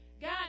God